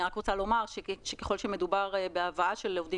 אני רק רוצה לומר שככל שמדובר בהבאה של עובדים